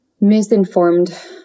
misinformed